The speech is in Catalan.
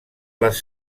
les